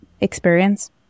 experience